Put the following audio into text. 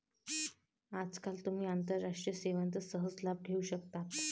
आजकाल तुम्ही आंतरराष्ट्रीय सेवांचा सहज लाभ घेऊ शकता